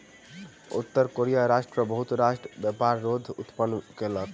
उत्तर कोरिया राष्ट्र पर बहुत राष्ट्र व्यापार रोध उत्पन्न कयलक